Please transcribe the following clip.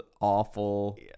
awful